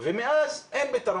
ומאז אין פתרון.